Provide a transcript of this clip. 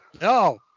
No